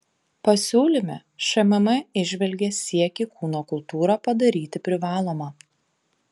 pasiūlyme šmm įžvelgia siekį kūno kultūrą padaryti privaloma